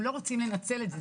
הם לא רוצים לנצל את זה,